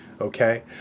okay